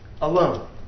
alone